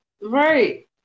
right